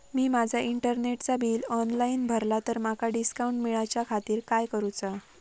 मी माजा इंटरनेटचा bill online भरला तर माका डिस्काउंट मिलाच्या खातीर काय करुचा?